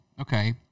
okay